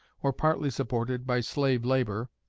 or partly supported, by slave labor,